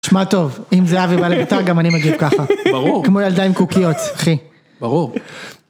תשמע טוב, אם זה אבי בא לבית״ר גם אני מגיב ככה, כמו ילדה עם קוקיות, אחי. ברור.